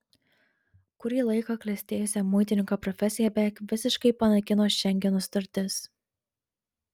kurį laiką klestėjusią muitininko profesiją beveik visiškai panaikino šengeno sutartis